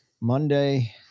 Monday